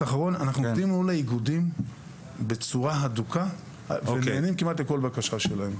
עובדים מול האיגודים בצורה הדוקה ונענים כמעט לכל בקשה שלהם.